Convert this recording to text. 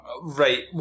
Right